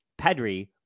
pedri